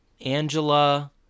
Angela